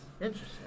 Interesting